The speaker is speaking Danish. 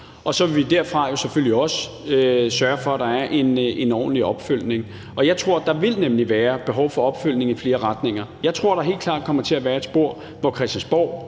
og så vil vi derfra selvfølgelig også sørge for, at der er en ordentlig opfølgning. Jeg tror, at der nemlig vil være behov for opfølgning i flere retninger. Jeg tror, at der helt klart kommer til at være et spor, hvor Christiansborg